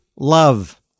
love